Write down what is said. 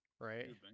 Right